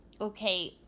Okay